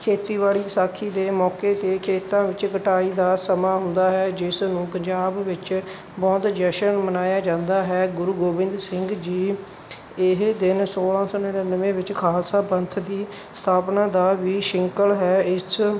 ਖੇਤੀਬਾੜੀ ਵਿਸਾਖੀ ਦੇ ਮੌਕੇ 'ਤੇ ਖੇਤਾਂ ਵਿੱਚ ਕਟਾਈ ਦਾ ਸਮਾਂ ਹੁੰਦਾ ਹੈ ਜਿਸ ਨੂੰ ਪੰਜਾਬ ਵਿੱਚ ਬਹੁਤ ਜਸ਼ਨ ਮਨਾਇਆ ਜਾਂਦਾ ਹੈ ਗੁਰੂ ਗੋਬਿੰਦ ਸਿੰਘ ਜੀ ਇਹ ਦਿਨ ਸੋਲ੍ਹਾਂ ਸੌ ਨੜ੍ਹਿਨਵੇਂ ਵਿੱਚ ਖਾਲਸਾ ਪੰਥ ਦੀ ਸਥਾਪਨਾ ਦਾ ਵੀ ਸ਼ਿੰਕਲ ਹੈ ਇਸ